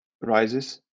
Rises